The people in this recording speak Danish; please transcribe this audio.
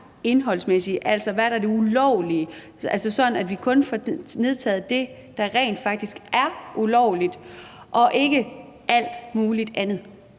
indholdsmæssige, altså hvad der er det ulovlige, sådan at vi kun får fjernet det, der rent faktisk er ulovligt – og ikke alt mulig andet.